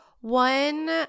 one